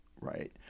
right